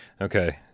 okay